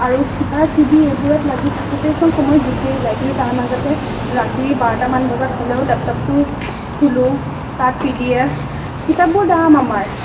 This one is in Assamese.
আৰু কিবাকিবি এইবোৰত লাগি থাকোঁতেচোন সময়বোৰ গুছিয়ে যায় কিন্তু তাৰ মাজতে ৰাতি বাৰটামান বজাত হ'লেও লেপটপটো খোলোঁ তাত পিডিএফ কিতাপবোৰ দাম আমাৰ